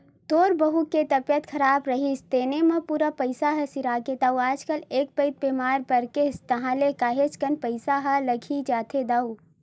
तोर बहू के तबीयत खराब रिहिस तेने म पूरा पइसा ह सिरागे दाऊ आजकल एक पइत बेमार परगेस ताहले काहेक कन पइसा ह लग ही जाथे दाऊ